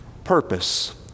Purpose